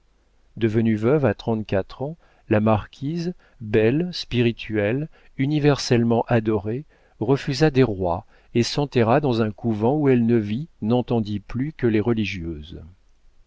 devenue veuve à trente-quatre ans la marquise belle spirituelle universellement adorée refusa des rois et s'enterra dans un couvent où elle ne vit n'entendit plus que les religieuses